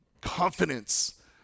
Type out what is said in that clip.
confidence